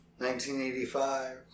1985